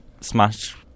smash